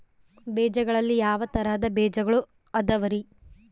ಬೇಜಗಳಲ್ಲಿ ಯಾವ ತರಹದ ಬೇಜಗಳು ಅದವರಿ?